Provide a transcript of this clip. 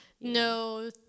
No